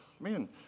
Man